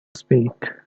speak